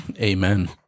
Amen